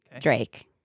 Drake